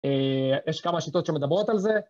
יש כמה שיטות שמדברות על זה.